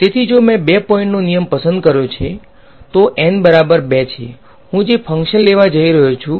તેથી જો મેં 2 પોઈન્ટનો નિયમ પસંદ કર્યો છે તો N બરાબર 2 છે હું જે ફંક્શન લેવા જઈ રહ્યો છું